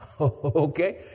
Okay